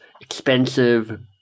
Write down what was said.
expensive